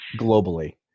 Globally